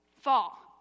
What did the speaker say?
Fall